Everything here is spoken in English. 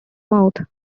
mouth